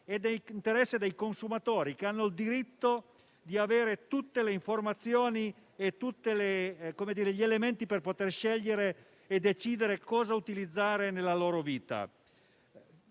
e anche dei consumatori, che hanno il diritto di avere tutte le informazioni e gli elementi per poter scegliere e decidere cosa utilizzare nella loro vita.